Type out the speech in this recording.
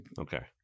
Okay